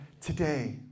today